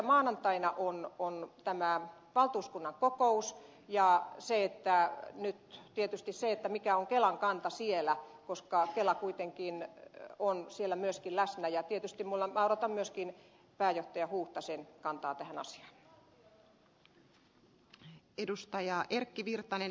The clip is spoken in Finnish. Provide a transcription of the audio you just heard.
maanantaina on tämä valtuuskunnan kokous ja tietysti odotamme mikä on kelan kanta siellä koska kela kuitenkin on siellä myöskin läsnä ja tietysti minä odotan myöskin pääjohtaja huuhtasen kantaa tähän asiaan